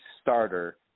starter